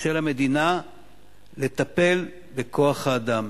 של המדינה לטפל בכוח-האדם,